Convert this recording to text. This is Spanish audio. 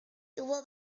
tuvo